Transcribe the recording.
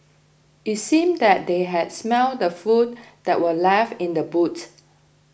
it seemed that they had smelt the food that were left in the boot